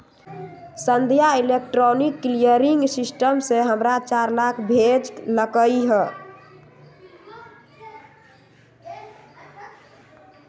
संध्या electronic clearing system से हमरा चार लाख भेज लकई ह